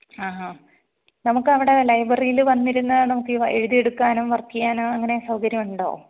ആഹാ നമുക്ക് അവിടെ ലൈബ്രറീല് വന്നിരുന്ന് നമുക്കിവ എഴുതി എടുക്കാനും വർക്ക് ചെയ്യാനും അങ്ങനെ സൗകര്യമുണ്ടോ